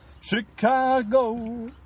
Chicago